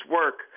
work